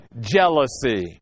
jealousy